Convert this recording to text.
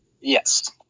Yes